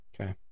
okay